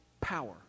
power